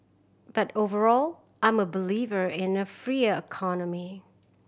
but overall I'm a believer in a freer economy